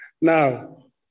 Now